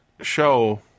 show